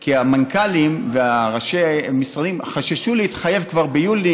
כי המנכ"לים וראשי המשרדים חששו להתחייב כבר ביולי,